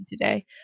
today